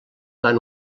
van